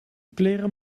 kleren